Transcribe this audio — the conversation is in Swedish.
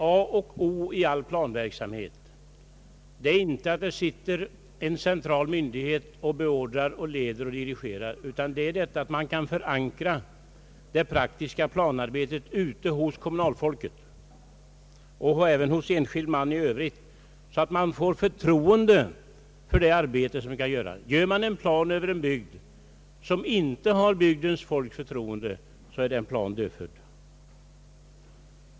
A och O för all planverksamhet är inte att det finns en central myndighet som beordrar, leder och dirigerar, utan att man kan förankra det praktiska planarbetet ute i kommunerna och hos de enskilda medborgarna i övrigt på ett sådant sätt att man skapar förtroende för det arbete som utförs. Om man för en bygd gör upp en plan som inte har folks förtroende är den planen dödfödd.